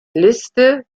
liste